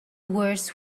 worst